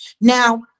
now